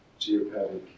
geopathic